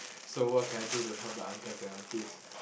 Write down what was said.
so what can I do to help the uncles and aunties